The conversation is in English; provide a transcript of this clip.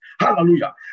Hallelujah